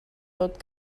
tot